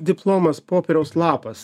diplomas popieriaus lapas